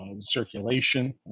circulation